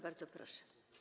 Bardzo proszę.